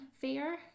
Fair